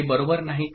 ते बरोबर नाही का